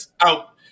out